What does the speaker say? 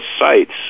sites